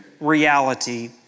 reality